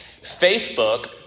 Facebook